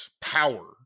power